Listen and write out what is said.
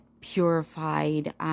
purified